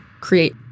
create